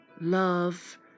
love